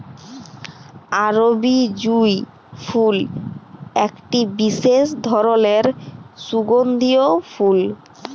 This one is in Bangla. আরবি জুঁই ফুল একটি বিসেস ধরলের সুগন্ধিও ফুল